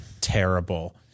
terrible